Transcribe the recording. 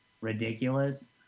ridiculous